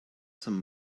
some